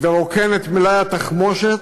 ורוקן את מלאי התחמושת,